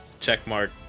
checkmark